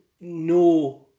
no